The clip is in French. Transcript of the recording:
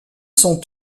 sont